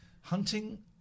Hunting